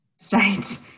state